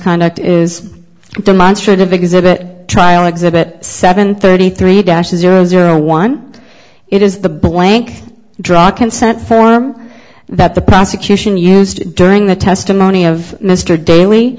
misconduct is demonstrative exhibit trial exhibit seven thirty three dash zero zero one it is the blank draw consent form that the prosecution used during the testimony of mr daly